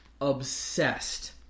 obsessed